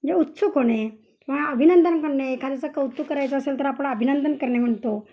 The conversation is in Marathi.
म्हणजे उत्सुक होणे किंवा अभिनंदन करणे एखाद्याचं कौतुक करायचं असेल तर आपण अभिनंदन करणे म्हणतो